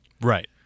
Right